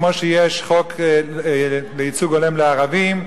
כמו שיש חוק ייצוג הולם לערבים,